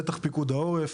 בטח פירוד העורף.